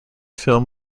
film